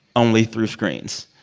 only through screens?